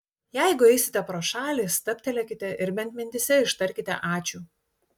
jeigu eisite pro šalį stabtelėkite ir bent mintyse ištarkite ačiū